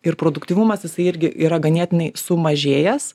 ir produktyvumas jisai irgi yra ganėtinai sumažėjęs